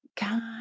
god